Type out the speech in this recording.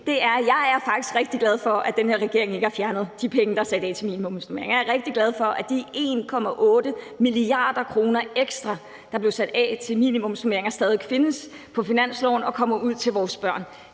del er, at jeg faktisk er rigtig glad for, at den her regering ikke har fjernet de penge, der er sat af til minimumsnormeringer. Jeg er rigtig glad for, at de 1,8 mia. kr. ekstra, der blev sat af til minimumsnormeringer, stadig kan findes på finansloven og kommer ud til vores børn.